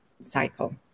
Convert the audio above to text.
cycle